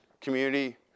community